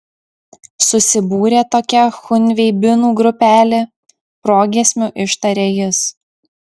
susibūrė tokia chunveibinų grupelė progiesmiu ištarė jis